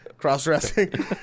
cross-dressing